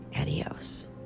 Adios